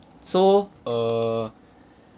so err